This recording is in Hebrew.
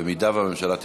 אם הממשלה תתמוך.